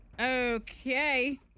Okay